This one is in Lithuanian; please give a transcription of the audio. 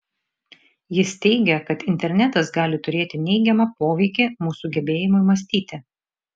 jis teigia kad internetas gali turėti neigiamą poveikį mūsų gebėjimui mąstyti